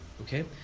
Okay